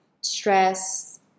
stress